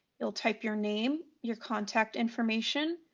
you'll type your name, your contact information,